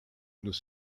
nous